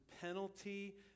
penalty